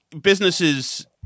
businesses